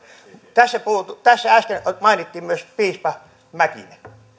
tässä äsken mainittiin myös piispa mäkinen